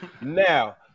Now